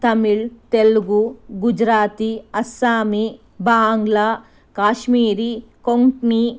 Tamil Telugu Gujarati Assamese Bangla Kashmiri Konkani